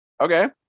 Okay